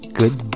good